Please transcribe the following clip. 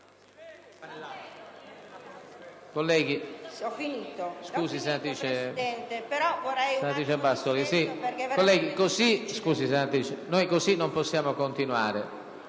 Colleghi, così non possiamo continuare.